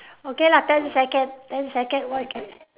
okay lah ten second ten second what you can